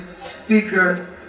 speaker